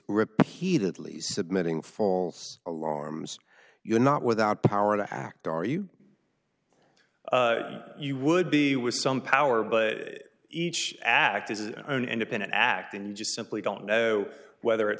repeatedly submitting false alarms you are not without power to act are you you would be with some power but each act is an independent act and you simply don't know whether it's